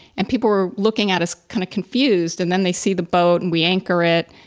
and people were looking at us kind of confused, and then they see the boat and we anchor it,